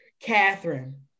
Catherine